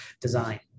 design